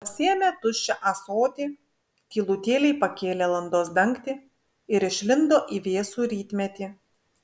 pasiėmė tuščią ąsotį tylutėliai pakėlė landos dangtį ir išlindo į vėsų rytmetį